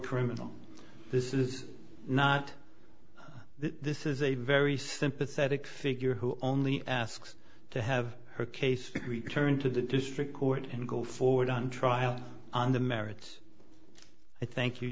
criminal this is not this is a very sympathetic figure who only asks to have her case return to the district court and go forward on trial on the merits i thank you